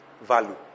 value